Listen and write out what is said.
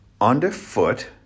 underfoot